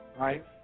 Right